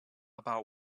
about